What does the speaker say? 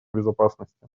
безопасности